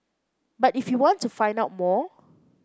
but if you want to find out more